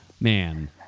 man